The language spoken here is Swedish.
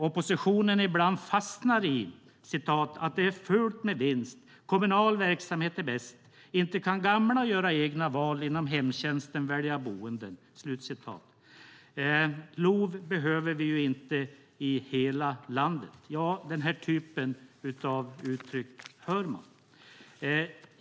Oppositionen fastnar ibland i uttalanden som: Det är fult med vinst, kommunal verksamhet är bäst, inte kan gamla göra egna val inom hemtjänsten eller välja boenden. LOV behöver vi ju inte i hela landet. Den här typen av uttryck hör man.